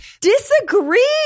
disagree